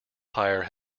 tyre